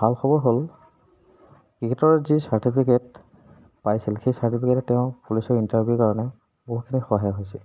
ভাল খবৰ হ'ল ক্ৰিকেটৰ যি চাৰ্টিফিকেট পাইছিল সেই চাৰ্টিফিকেটে তেওঁ পুলিচৰ ইণ্টাৰভিউৰ কাৰণে বহুতখিনি সহায় হৈছিল